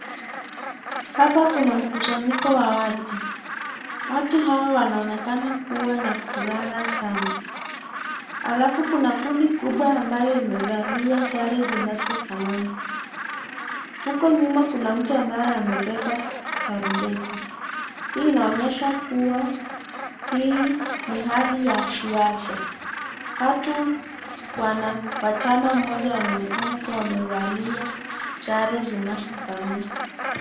Hapa kuna mkusanyiko wa watu. Watu hawa wanaonekana kuwa na furaha sana. Alafu kuna kundi kubwa ambayo imevalia sare zinasofanana. Huko nyuma kuna mtu ambaye amebeba tarumbeta. Hii inaonyesha kuwa hii ni hali ya siasa. Watu wa chama moja wanaonekana kuwa wamevalia sare zinazofanana.